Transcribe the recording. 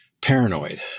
paranoid